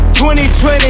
2020